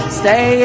stay